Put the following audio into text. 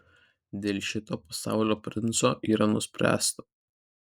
dėl šito pasaulio princo yra nuspręsta